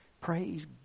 Praise